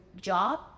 job